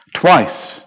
Twice